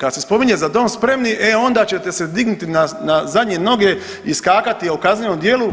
Kad se spominje za dom spremni, e onda ćete se dignuti na zadnje noge i skakati o kaznenom djelu,